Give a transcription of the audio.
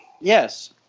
yes